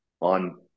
on